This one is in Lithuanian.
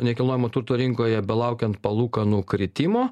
nekilnojamo turto rinkoje belaukiant palūkanų kritimo